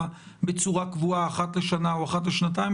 בצורה קבועה אחת לשנה או אחת לשנתיים,